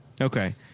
Okay